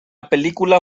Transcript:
película